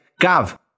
Gav